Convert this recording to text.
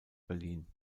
berlin